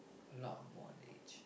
a lot ang-moh underage